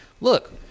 look